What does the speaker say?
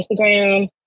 Instagram